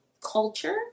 culture